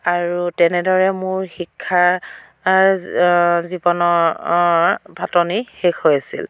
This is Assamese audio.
আৰু তেনেদৰে মোৰ শিক্ষাৰ জীৱনৰ পাতনি শেষ হৈছিল